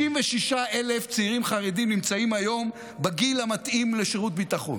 66,000 צעירים חרדים נמצאים היום בגיל המתאים לשירות ביטחון.